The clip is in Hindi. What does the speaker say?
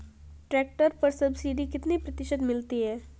ट्रैक्टर पर सब्सिडी कितने प्रतिशत मिलती है?